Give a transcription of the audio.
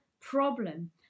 problem